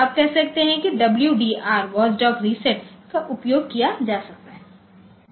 आप कह सकते हैं कि डब्ल्यूडीआर "वॉच डॉग रीसेट" का उपयोग किया जा सकता है